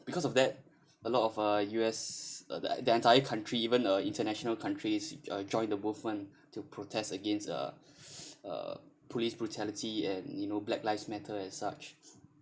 because of that a lot of uh U_S uh the entire country even uh international countries uh join the movement to protest against uh uh police brutality and you know black lives matter as such